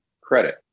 credit